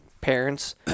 parents